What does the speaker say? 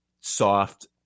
soft